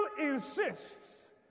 insists